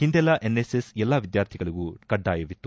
ಹಿಂದೆಲ್ಲ ಎನ್ಎಸ್ಎಸ್ ಎಲ್ಲಾ ವಿದ್ವಾರ್ಥಿಗಳಗೂ ಕಡ್ವಾಯವಿತ್ತು